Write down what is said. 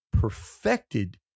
perfected